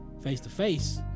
face-to-face